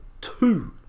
two